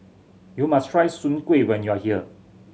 you must try Soon Kuih when you are here